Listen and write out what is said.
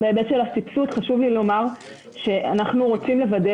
בהיבט של הסבסוד חשוב לי לומר שאנחנו רוצים לוודא